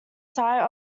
site